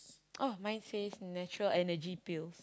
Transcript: oh mine says natural Energy Pills